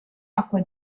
acqua